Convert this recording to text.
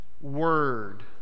word